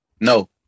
No